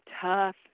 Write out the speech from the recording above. tough